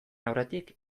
aurretik